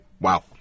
wow